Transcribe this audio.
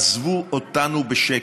עזבו אותנו בשקט.